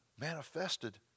manifested